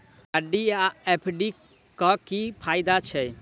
RD आ FD क की फायदा छै?